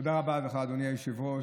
תודה רבה לך, אדוני היושב-ראש.